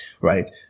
right